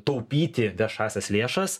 taupyti viešąsias lėšas